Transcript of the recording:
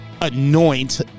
anoint